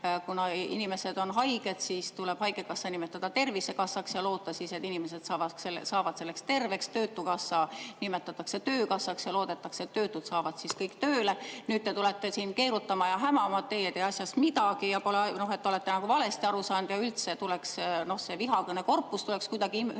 Kuna inimesed on haiged, siis tuleb haigekassa nimetada ümber tervisekassaks ja loota, et inimesed saavad selle tulemusena terveks. Töötukassa nimetatakse ümber töökassaks ja loodetakse, et töötud saavad siis kõik tööle. Nüüd te tulete siin keerutama ja hämama, et teie ei tea asjast midagi ja et olete nagu valesti aru saanud ja et üldse tuleks see vihakõne korpus kuidagi ümber